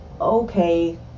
okay